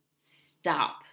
stop